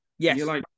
Yes